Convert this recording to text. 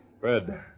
Fred